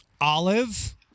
olive